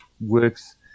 works